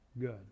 good